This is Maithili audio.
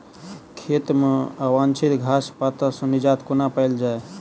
खेत मे अवांछित घास पात सऽ निजात कोना पाइल जाइ?